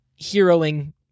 heroing